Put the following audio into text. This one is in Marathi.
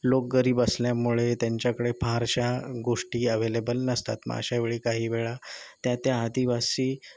लोक गरीब असल्यामुळे त्यांच्याकडे फारशा गोष्टी अवेलेबल नसतात मग अशा वेळी काही वेळा त्या त्या आदिवासी